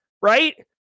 right